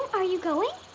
are you going?